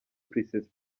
princess